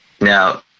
Now